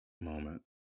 moment